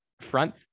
front